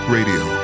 Radio